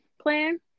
plan